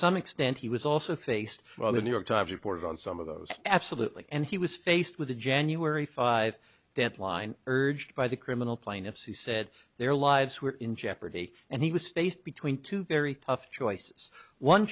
some extent he was also faced while the new york times reported on some of those absolutely and he was faced with a january five deadline urged by the criminal plaintiffs he said their lives were in jeopardy and he was faced between two very tough choices one